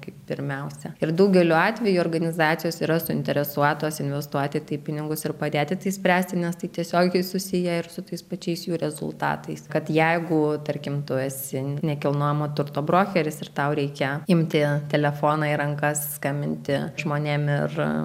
kaip pirmiausia ir daugeliu atvejų organizacijos yra suinteresuotos investuoti į tai pinigus ir padėti tai spręsti nes tai tiesiogiai susiję ir su tais pačiais jų rezultatais kad jeigu tarkim tu esi nekilnojamo turto brokeris ir tau reikia imti telefoną į rankas skambinti žmonėm ir